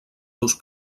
seus